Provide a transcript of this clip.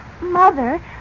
Mother